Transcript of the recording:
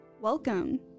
Welcome